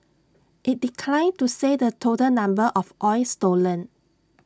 IT declined to say the total number of oil stolen